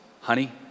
honey